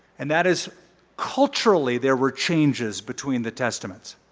and that is culturally there were changes between the testaments.